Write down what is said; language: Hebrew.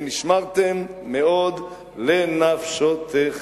ונשמרתם מאוד לנפשותיכם.